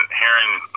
hearing